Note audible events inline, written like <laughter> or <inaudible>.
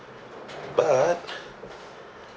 but <breath>